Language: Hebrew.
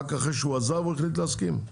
רק אחרי שהוא עזב הוא החליט להסכים?